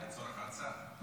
לצורך ההצעה.